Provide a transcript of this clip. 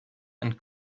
and